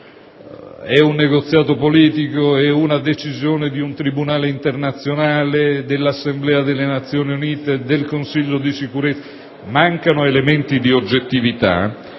di un negoziato politico, una decisione di un tribunale nazionale, dell'assemblea delle Nazioni Unite o del Consiglio di Sicurezza. Mancano elementi di oggettività,